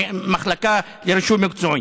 במחלקה לרישום מקצועי.